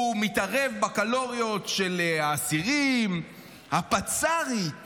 הוא מתערב בקלוריות של האסירים, הפצ"רית